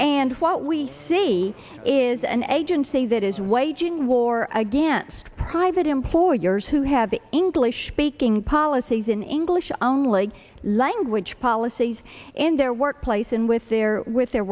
and what we see is an agency that is waging war against private employers who have the english speaking policies in english only language policies in their workplace and with their with their